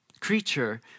creature